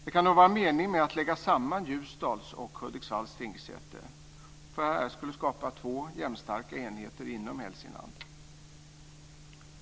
Det kan då vara en mening med att lägga samman Ljusdals och Hudiksvalls tingsrätter för att skapa två jämnstarka enheter inom Hälsingland.